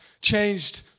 changed